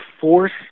force